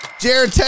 Jared